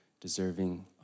deserving